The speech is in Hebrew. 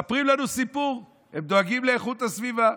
מספרים לנו סיפור: הם דואגים לאיכות הסביבה.